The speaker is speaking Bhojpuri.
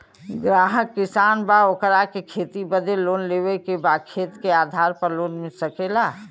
ग्राहक किसान बा ओकरा के खेती बदे लोन लेवे के बा खेत के आधार पर लोन मिल सके ला?